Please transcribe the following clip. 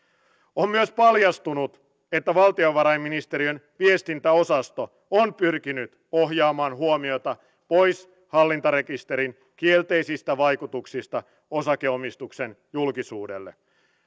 on myös paljastunut että valtiovarainministeriön viestintäosasto on pyrkinyt ohjaamaan huomiota pois hallintarekisterin kielteisistä vaikutuksista osakeomistusten julkisuudelle